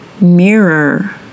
mirror